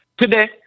today